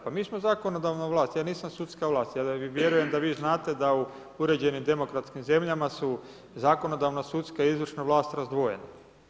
Pa mi smo zakonodavna vlast, ja nisam sudska vlast, ja ne vjerujem da vi znate da u uređenim demokratskim zemljama su zakonodavna, sudska i izvršna vlast razdvojena.